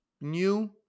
new